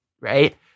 right